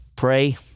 pray